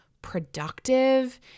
productive